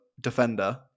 defender